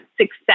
success